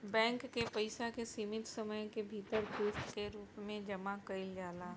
bank के पइसा के सीमित समय के भीतर किस्त के रूप में जामा कईल जाला